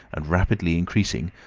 and rapidly increasing,